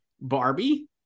Barbie